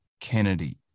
Kennedy